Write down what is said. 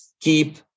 keep